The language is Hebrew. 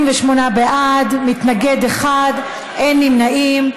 28 בעד, מתנגד אחד, אין נמנעים.